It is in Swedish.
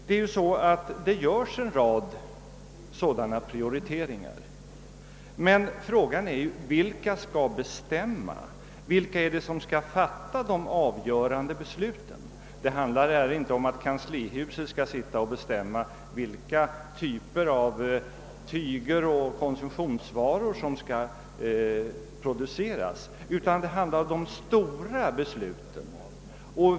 En rad sådana prioriteringar görs i vårt samhälle, men frågan är vilka som skall bestämma och fatta de avgörande besluten. Det handlar här inte om att kanslihuset skall sitta och bestämma vilka tyger och konsumtionsvaror som skall produceras, utan det handlar om de stora besluten.